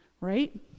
right